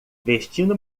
vestindo